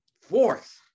Fourth